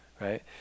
right